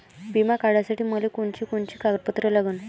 बिमा काढासाठी मले कोनची कोनची कागदपत्र लागन?